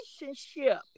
relationship